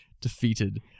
defeated